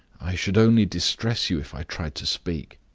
i should only distress you if i tried to speak.